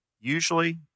usually